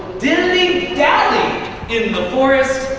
dilly-dally in the forest.